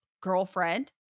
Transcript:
girlfriend